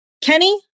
Kenny